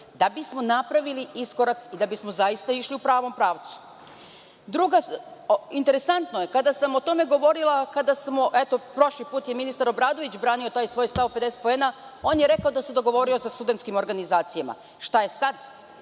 da bismo napravili iskorak i da bismo zaista išli u pravom pravcu. Interesantno je, kada sam o tome govorila, eto prošli put je i ministar Obradović branio taj svoj stav 50 poena, on je rekao da se dogovorio sa studentskim organizacijama. Šta je sad?